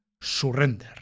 Surrender